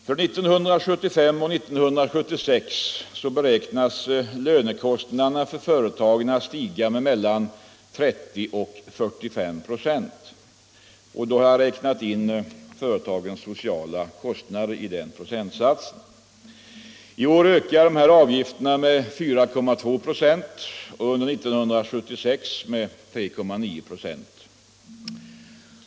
För 1975 och 1976 beräknas lönekostnaderna för företagen stiga med mellan 30 och 45 96, inräknat företagens sociala kostnader. I år ökar arbetsgivaravgifterna med 4,2 96 och under 1976 med 3,9 96.